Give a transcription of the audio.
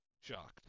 Shocked